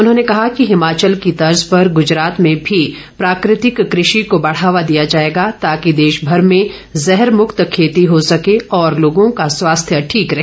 उन्होंने कहा कि हिमाचल की तर्ज पर गुजरात में भी प्राकृतिक कृषि को बढ़ावा दिया जाएगा ताकि देशभर में जहर मुक्त खेती हो सके और लोगों का स्वास्थ्य ठीक रहे